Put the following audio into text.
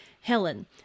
Helen